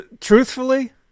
truthfully